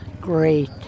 great